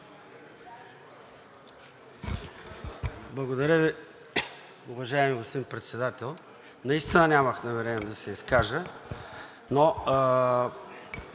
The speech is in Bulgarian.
Благодаря Ви, уважаеми господин Председател! Настина нямах намерение да се изказвам, но